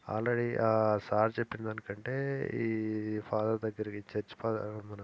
already ఆ sir చెప్పినదాని కంటే ఈ ఫాదర్ దగ్గరకి ఈ చర్చ్ ఫాదర్ మన